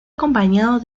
acompañado